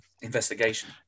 investigation